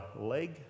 leg